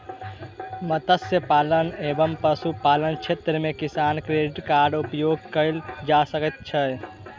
मत्स्य पालन एवं पशुपालन क्षेत्र मे किसान क्रेडिट कार्ड उपयोग कयल जा सकै छै